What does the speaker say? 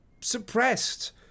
suppressed